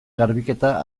garbiketa